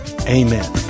amen